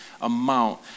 amount